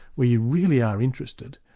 where you really are interested,